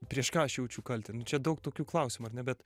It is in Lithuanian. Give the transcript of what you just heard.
prieš ką aš jaučiu kaltę nu čia daug tokių klausimų ar ne bet